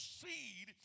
seed